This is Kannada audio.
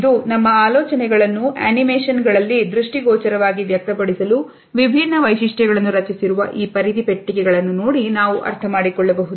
ಇದು ನಮ್ಮ ಆಲೋಚನೆಗಳನ್ನು ಅನಿಮೇಶನ್ ಗಳಲ್ಲಿ ದೃಷ್ಟಿ ಗೋಚರವಾಗಿ ವ್ಯಕ್ತಪಡಿಸಲು ವಿಭಿನ್ನ ವೈಶಿಷ್ಟ್ಯಗಳನ್ನು ರಚಿಸಿರುವ ಈ ಪರಿಧಿ ಪೆಟ್ಟಿಗೆಗಳನ್ನು ನೋಡಿ ನಾವು ಅರ್ಥಮಾಡಿಕೊಳ್ಳಬಹುದು